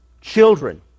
Children